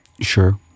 Sure